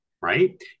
right